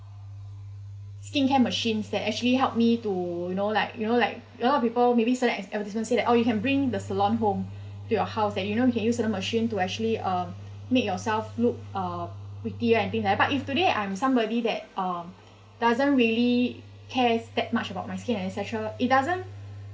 skincare machines that actually help me to you know like you know like a lot of people maybe certain advertisement say that oh you can bring the salon home to your house and you know you can use certain machine to actually uh make yourself look uh pretty I think but if today I'm somebody that um doesn't really care that much about my skin et cetera it doesn't